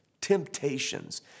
temptations